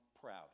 proud